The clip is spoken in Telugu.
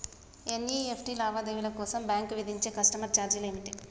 ఎన్.ఇ.ఎఫ్.టి లావాదేవీల కోసం బ్యాంక్ విధించే కస్టమర్ ఛార్జీలు ఏమిటి?